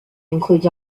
includes